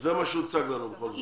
זה מה שהוצג לנו בכל זאת.